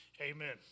amen